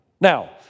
Now